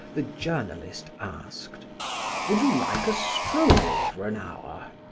the journalist asked would you like a stroll for an hour?